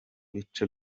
bice